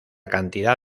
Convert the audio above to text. cantidad